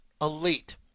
elite